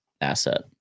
asset